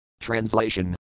Translation